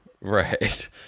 Right